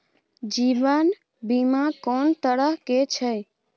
जीवन बीमा कोन तरह के छै?